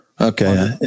Okay